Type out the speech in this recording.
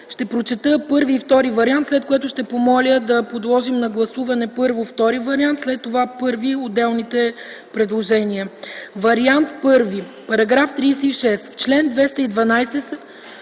Ще прочета първи и втори вариант, след което ще помоля да подложим на гласуване първо втори вариант, а след това първи и отделните предложения. По вариант първи е